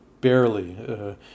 barely